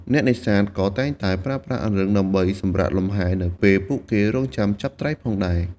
អ្នកនេសាទក៏តែងតែប្រើប្រាស់អង្រឹងដើម្បីសម្រាកលំហែនៅពេលពួកគេរង់ចាំចាប់ត្រីផងដែរ។